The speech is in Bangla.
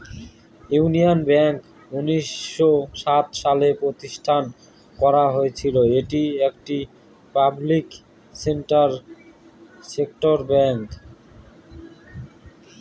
ইন্ডিয়ান ব্যাঙ্ক উনিশশো সাত সালে প্রতিষ্ঠান করা হয়েছিল এটি একটি পাবলিক সেক্টর ব্যাঙ্ক